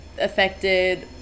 affected